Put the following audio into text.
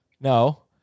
no